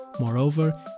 Moreover